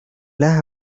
las